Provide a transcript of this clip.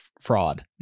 fraud